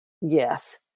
Yes